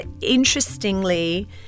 interestingly